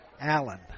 Allen